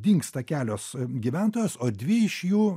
dingsta kelios gyventojos o dvi iš jų